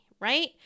right